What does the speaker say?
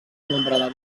nombre